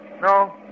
No